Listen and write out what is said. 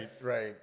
right